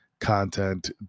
content